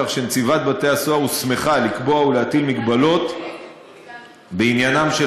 כך שנציבת בתי-הסוהר הוסמכה לקבוע ולהטיל מגבלות בעניינם של